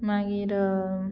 मागीर